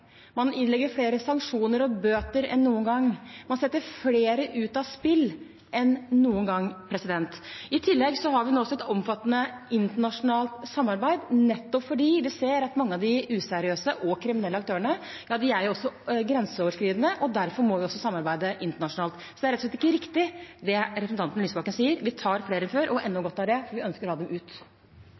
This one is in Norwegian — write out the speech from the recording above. man ilegger flere sanksjoner og bøter enn noen gang, man setter flere ut av spill enn noen gang. I tillegg har vi nå også et omfattende internasjonalt samarbeid nettopp fordi vi ser at mange av de useriøse og kriminelle aktørene er grenseoverskridende, og derfor må vi også samarbeide internasjonalt. Så det er rett og slett ikke riktig det representanten Lysbakken sier. Vi tar flere enn før, og enda godt er det, for vi ønsker å ha dem ut.